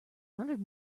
hundred